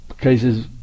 cases